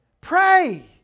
Pray